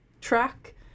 track